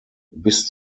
bis